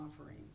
offering